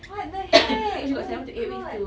what the heck oh my god